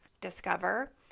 discover